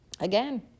Again